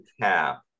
cap